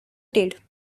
did